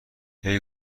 همه